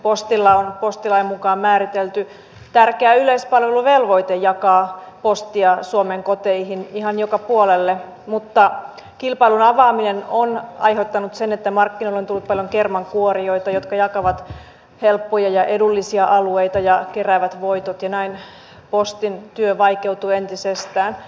postilla on postilain mukaan määritelty tärkeä yleispalveluvelvoite jakaa postia suomen koteihin ihan joka puolelle mutta kilpailun avaaminen on aiheuttanut sen että markkinoille on tullut paljon kermankuorijoita jotka jakavat helppoja ja edullisia alueita ja keräävät voitot ja näin postin työ vaikeutuu entisestään